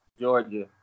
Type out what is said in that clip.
Georgia